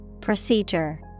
Procedure